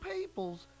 peoples